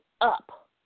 up